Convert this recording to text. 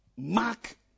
Mark